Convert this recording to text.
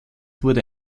wurde